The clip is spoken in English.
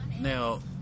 Now